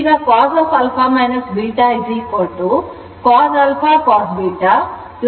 ಈಗ cosα βcos α cos β sin α sin β ಆಗಿದೆ